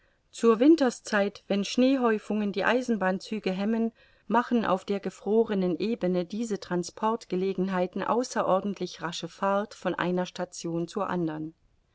zur winterszeit wenn schneehäufungen die eisenbahnzüge hemmen machen auf der gefrorenen ebene diese transportgelegenheiten außerordentlich rasche fahrten von einer station zur andern